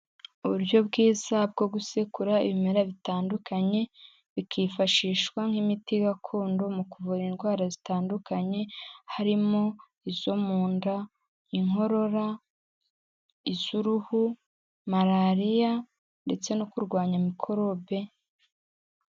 Uburyo bwiza bwo gusekura ibimera bitandukanye, bikifashishwa nk'imiti gakondo mu kuvura indwara zitandukanye harimo: izo mu nda, inkorora, iz'uruhu, malariya ndetse no kurwanya mikorobe.